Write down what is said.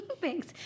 Thanks